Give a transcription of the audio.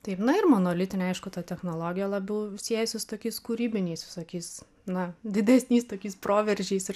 taip na ir monolitiniai aišku ta technologija labiau siejasi su tokiais kūrybiniais sakys na didesniais tokiais proveržiais ir